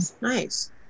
Nice